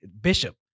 Bishop